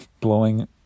blowing